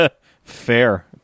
Fair